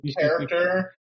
character